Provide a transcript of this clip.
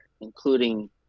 including